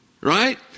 Right